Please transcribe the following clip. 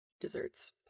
desserts